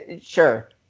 Sure